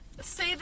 say